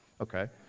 Okay